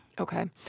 Okay